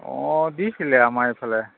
অঁ দিছিলে আমাৰ এইফালে